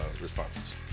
responses